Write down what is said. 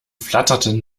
flatterten